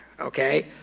okay